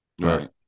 Right